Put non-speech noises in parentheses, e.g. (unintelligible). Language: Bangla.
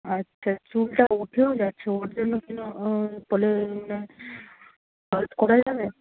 আচ্ছা চুলটা উঠেও যাচ্ছে ওঠানোর জন্য তাহলে (unintelligible) করা যাবে